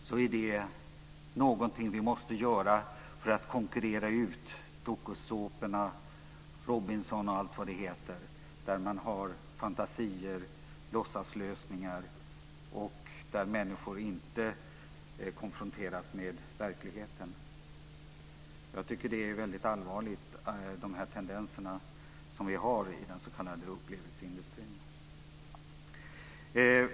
Det är något vi måste göra för att konkurrera ut dokusåporna, Robinson och allt vad det heter, där man har fantasier, låtsaslösningar och människor inte konfronteras med verkligheten. De tendenser vi har i den s.k. upplevelseindustrin är väldigt allvarliga.